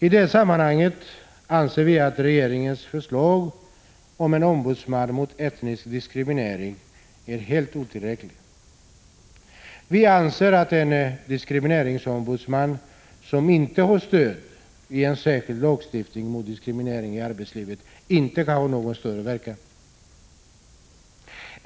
I det sammanhanget anser vi att regeringens förslag om en ombudsman mot etnisk diskriminering är helt otillräckligt. Vi anser att en diskrimineringsombudsman som inte har stöd i en särskild lagstiftning mot diskriminering i arbetslivet inte kan ha någon större verkan.